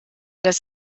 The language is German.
das